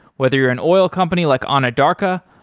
whether you're an oil company like anadarko,